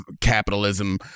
capitalism